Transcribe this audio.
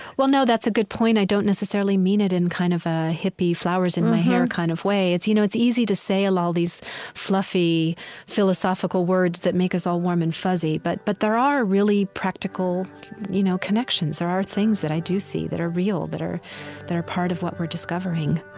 well, no, that's a good point. i don't necessarily mean it in kind of a hippie flowers-in-my-hair kind of way. it's you know it's easy to say all all these fluffy philosophical words that make us all warm and fuzzy, but but there are really practical you know connections. there are things that i do see that are real, that are that are part of what we're discovering